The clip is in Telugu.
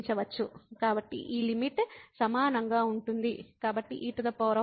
కాబట్టి ఈ లిమిట్ సమానంగా ఉంటుంది కాబట్టి e2x x e2x